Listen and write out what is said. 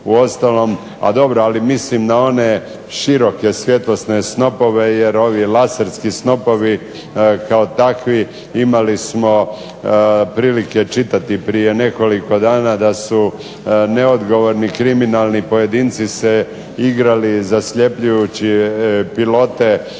Uostalom mislim na široke svjetlosne snopove, jer ovi laserski snopovi kao takvi imali smo prilike čitati prije nekoliko dana da su neodgovorni kriminalni pojedinci se igrali zasljepljujući pilote